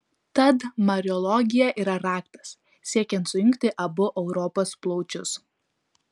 tad mariologija yra raktas siekiant sujungti abu europos plaučius